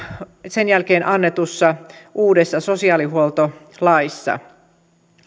sen jälkeen annetussa uudessa sosiaalihuoltolaissa